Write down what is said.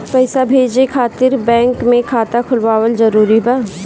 पईसा भेजे खातिर बैंक मे खाता खुलवाअल जरूरी बा?